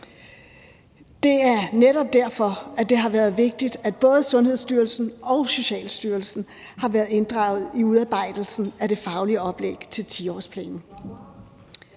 Det er netop derfor, det har været vigtigt, at både Sundhedsstyrelsen og Socialstyrelsen har været inddraget i udarbejdelsen af det faglige oplæg til 10-årsplanen.